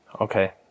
okay